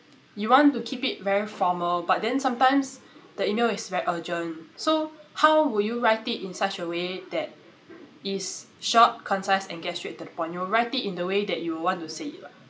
you want to keep it very formal but then sometimes the email is very urgent so how will you write it in such a way that is short concise and get straight to the point you will write it in the way that you would want to say it what